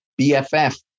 BFF